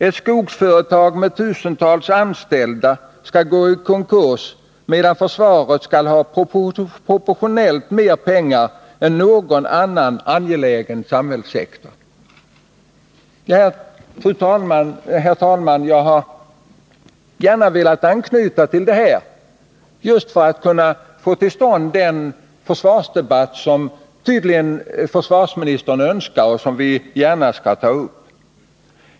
Ett skogsföretag, med tusentals anställda skall gå i konkurs, medan försvaret skall ha proportionellt mer pengar än många andra angelägna samhällssektorer.” Herr talman! Jag har velat anknyta till det här, just för att kunna få till stånd den försvarsdebatt som försvarsministern tydligen önskar och som vi gärna skall ta upp.